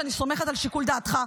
שאני סומכת על שיקול דעתך,